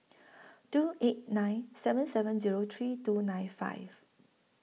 two eight nine seven seven Zero three two nine five